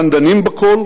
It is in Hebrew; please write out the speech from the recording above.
כאן דנים בכול